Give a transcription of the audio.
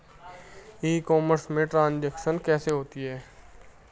E commerce में transaction कैसे होता है?